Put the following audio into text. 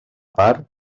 part